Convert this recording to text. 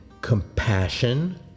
compassion